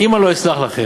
אם אני לא אסלח לכם,